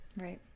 right